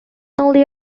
only